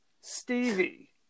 Stevie